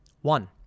One